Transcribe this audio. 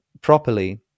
properly